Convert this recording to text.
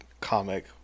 comic